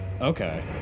Okay